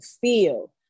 feel